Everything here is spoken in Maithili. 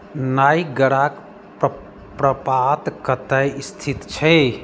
नाइगराके प्रपात कतय स्थित छै